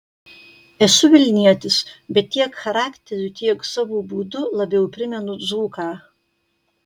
esu vilnietis bet tiek charakteriu tiek savo būdu labiau primenu dzūką